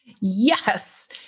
Yes